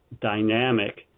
dynamic